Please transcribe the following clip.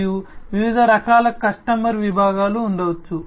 మరియు వివిధ రకాల కస్టమర్ విభాగాలు ఉండవచ్చు